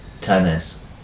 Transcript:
Tennis